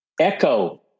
Echo